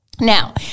Now